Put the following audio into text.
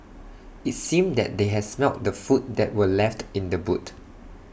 IT seemed that they had smelt the food that were left in the boot